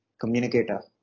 communicator